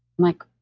like,